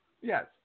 Yes